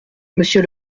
monsieur